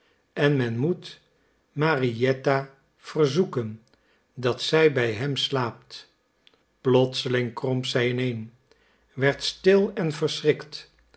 en men moet marietta verzoeken dat zij bij hem slaapt plotseling kromp zij ineen werd stil en